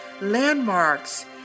landmarks